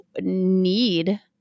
need